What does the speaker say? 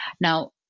Now